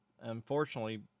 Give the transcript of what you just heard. Unfortunately